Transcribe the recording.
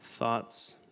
thoughts